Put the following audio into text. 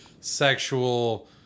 sexual